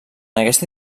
aquesta